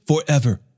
forever